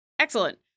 excellent